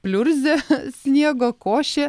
pliurzė sniego košė